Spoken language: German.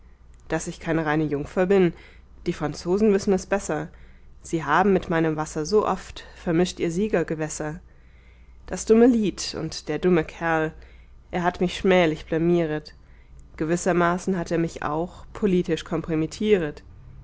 daß ich keine reine jungfer bin die franzosen wissen es besser sie haben mit meinem wasser so oft vermischt ihr siegergewässer das dumme lied und der dumme kerl er hat mich schmählich blamieret gewissermaßen hat er mich auch politisch kompromittieret